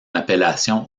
appellation